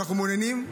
ואנחנו מעוניינים,